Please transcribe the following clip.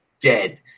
dead